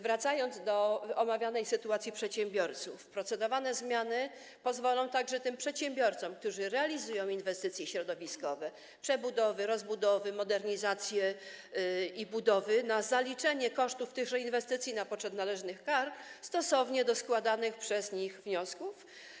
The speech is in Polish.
Wracając do omawianej sytuacji przedsiębiorców, procedowane zmiany pozwolą także tym przedsiębiorcom, którzy realizują inwestycje środowiskowe: przebudowy, rozbudowy, modernizacji i budowy, na zaliczenie kosztów tychże inwestycji na poczet należnych kar, stosownie do składanych przez nich wniosków.